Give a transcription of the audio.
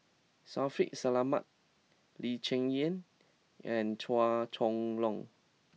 Shaffiq Selamat Lee Cheng Yan and Chua Chong Long